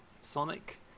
Sonic